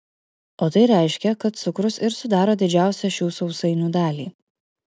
o tai reiškia kad cukrus ir sudaro didžiausią šių sausainių dalį